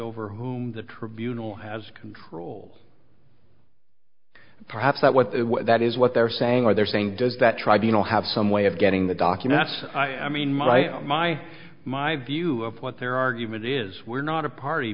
over whom the tribunal has control perhaps that what that is what they're saying or they're saying does that try to you know have some way of getting the documents i mean my my my view of what their argument is we're not a party